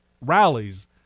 rallies